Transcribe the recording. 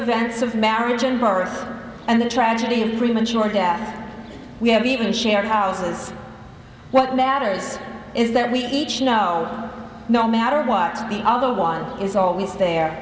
of marriage and birth and the tragedy of premature death we have even shared houses what matters is that we each now no matter what the other one is always there